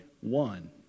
one